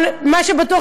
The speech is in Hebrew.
אבל מה שבטוח,